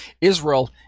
Israel